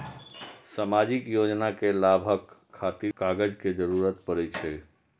सामाजिक योजना के लाभक खातिर कोन कोन कागज के जरुरत परै छै?